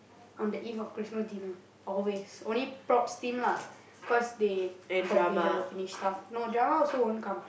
on the eve of Christmas dinner always only props team lah cause they probably haven't finish stuff no drama also won't come